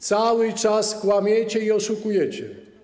Cały czas kłamiecie i oszukujecie.